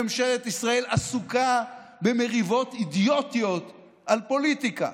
ממשלת ישראל עסוקה במריבות אידיוטיות על פוליטיקה.